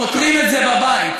פותרים את זה בבית.